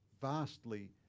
vastly